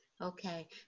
Okay